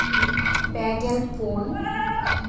ᱯᱮᱜᱮᱞ ᱯᱩᱱ